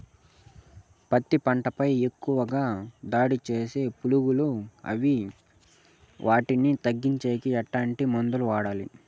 పత్తి పంట పై ఎక్కువగా దాడి సేసే పులుగులు ఏవి వాటిని తగ్గించేకి ఎట్లాంటి మందులు వాడాలి?